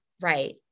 Right